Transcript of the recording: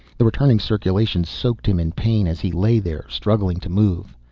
the returning circulation soaked him in pain as he lay there, struggling to move.